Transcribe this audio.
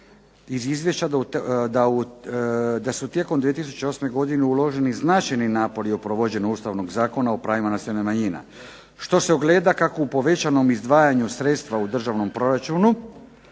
iz Izvješća da su tijekom 2008. godine uloženi značajni napori u provođenju ustavnog zakona o pravima nacionalnih manjina, što se ogleda kako u povećanom izdvajanju sredstva u državnom proračunu,